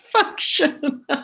Function